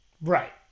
Right